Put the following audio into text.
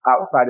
outside